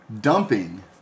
Dumping